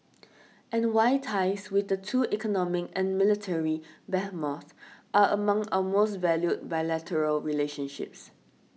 and why ties with the two economic and military behemoths are among our most valued bilateral relationships